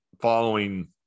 following